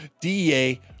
DEA